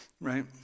Right